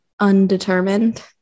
undetermined